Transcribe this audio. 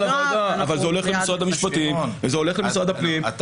זה הולך למשרד הפנים --- שמעון,